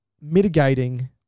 mitigating